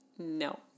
No